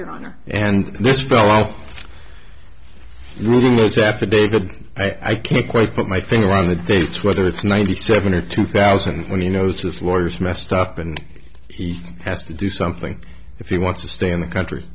your honor and this fellow really knows affidavit i can't quite put my finger on the dates whether it's ninety seven or two thousand when he knows his lawyers messed up and he has to do something if he wants to stay in the country